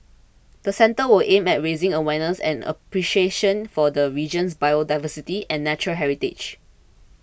the centre will aim at raising awareness and appreciation for the region's biodiversity and natural heritage